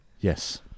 Yes